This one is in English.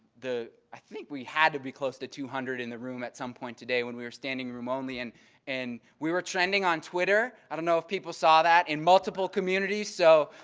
i think we had to be close to two hundred in the room at some point today when we were standing room only. and and we were trending on twitter, i don't know if people saw that, in multiple communities so